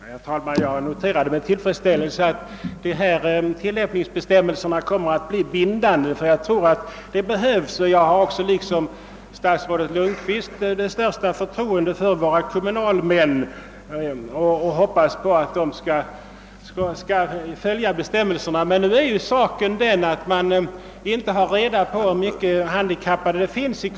Herr talman! Jag noterade med tillfredsställelse vad statsrådet sade, att tillämpningsbestämmelserna kommer att bli bindande, ty det tror jag behövs. I likhet med statsrådet Lundkvist har även jag det största förtroende för våra kommunalmän, och jag utgår från att de kommer att följa bestämmelserna. Men faktum är att man ute i kommunerna inte har reda på hur många handikappade som finns där.